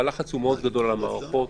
והלחץ מאוד גדול על המערכות,